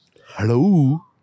Hello